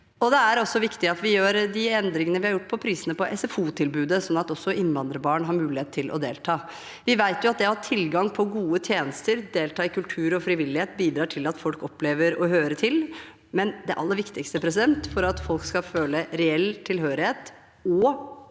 Det er også viktig at vi gjør de endringene vi har gjort på prisene i SFO-tilbudet, slik at også innvandrerbarn har mulighet til å delta. Vi vet at det å ha tilgang på gode tjenester og delta i kultur og frivillighet bidrar til at folk opplever å høre til, men det aller viktigste for at folk skal føle reell tilhørighet og